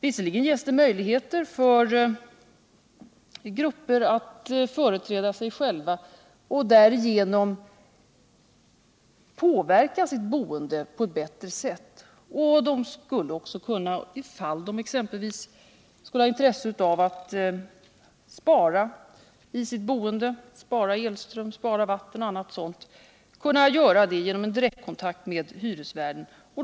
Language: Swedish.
Visserligen ges möjligheter för grupper att företräda sig själva och därigenom påverka sitt boende på ett bättre sätt. Ifall de har intresse av att spara elström, vatten och annat i sitt boende kan de göra detta genom att kontakta hyresvärden direkt.